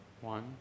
one